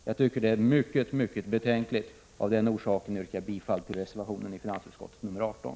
Jag tycker att detta är mycket betänkligt, och av den anledningen yrkar jag bifall till reservationen till finansutskottets betänkande 18.